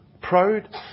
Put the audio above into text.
Proud